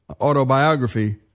autobiography